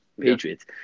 Patriots